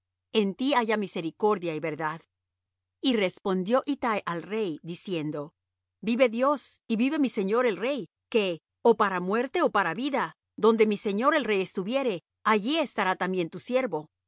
en ti haya misericordia y verdad y respondió ittai al rey diciendo vive dios y vive mi señor el rey que ó para muerte ó para vida donde mi señor el rey estuviere allí estará también tu siervo